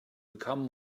become